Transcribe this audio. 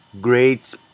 great